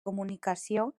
comunicació